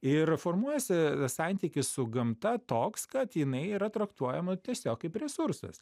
ir formuojasi santykis su gamta toks kad jinai yra traktuojama tiesiog kaip resursas